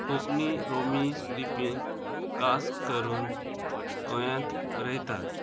कोंकणी रोमी लिपींत कास करून गोंयांत बरयतात